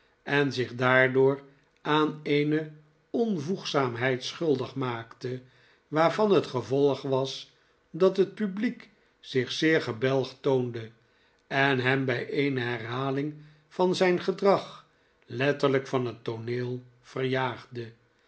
en zich daardoor aan eene onvoegzaamheid schuldig maakte waarvan het gevolg was dat het publiek zich zeer gebelgd toonde en hem bij eene herhaling van zijn gedrag letterliik van het tooneel verjaagde